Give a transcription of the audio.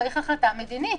צריך החלטה מדינית.